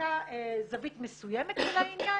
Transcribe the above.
הייתה זווית מסוימת של העניין.